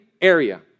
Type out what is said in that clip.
area